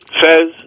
Fez